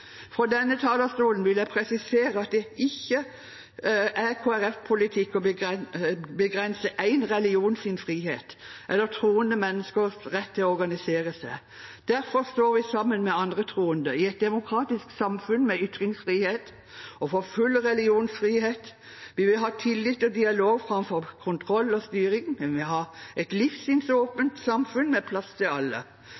Fra denne talerstolen vil jeg presisere at det ikke er Kristelig Folkepartis politikk å begrense en religions frihet eller troende menneskers rett til å organisere seg. Derfor står vi sammen med andre troende i et demokratisk samfunn med ytringsfrihet og for full religionsfrihet. Vi vil ha tillit og dialog framfor kontroll og styring. Vi vil ha et